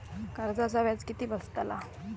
कर्जाचा व्याज किती बसतला?